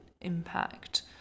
impact